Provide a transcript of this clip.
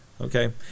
okay